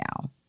now